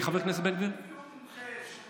אתה יודע גם למה לא הוגש ערעור?